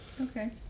Okay